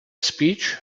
speech